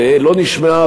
ולא נשמעה,